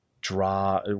draw